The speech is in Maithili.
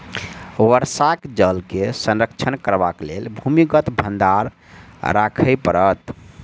वर्षाक जल के संरक्षण करबाक लेल भूमिगत भंडार राखय पड़त